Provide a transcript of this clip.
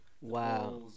Wow